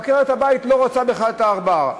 ועקרת-הבית לא רוצה בכלל את העכבר.